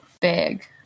big